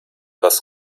das